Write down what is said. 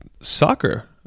soccer